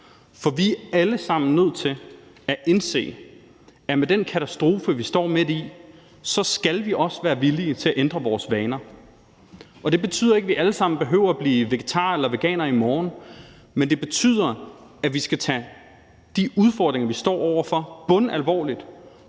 For vi er alle sammen nødt til at indse, at med den katastrofe, vi står midt i, skal vi også være villige til at ændre vores vaner. Det betyder ikke, at vi alle sammen behøver at blive vegetarer eller veganere i morgen, men det betyder, at vi skal tage de udfordringer, vi står over for, bundalvorligt